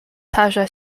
tarza